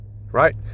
right